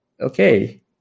Okay